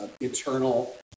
internal